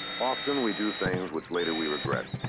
often we do things which later we regret.